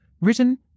written